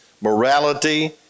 Morality